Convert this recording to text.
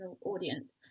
audience